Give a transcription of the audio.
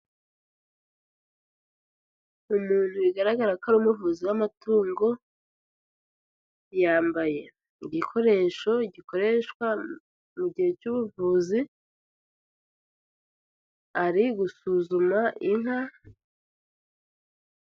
Umuntu bigaragara ko ari umuvuzi w'amatungo, yambaye igikoresho gikoreshwa mu gihe cy'ubuvuzi, ari gusuzuma inka.